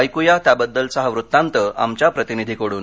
ऐकूया त्याबद्दलचा हा वृत्तांत आमच्या प्रतिनिधीकडून